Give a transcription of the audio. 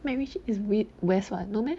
merry sheep is we~ west [one] no meh